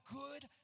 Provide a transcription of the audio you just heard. good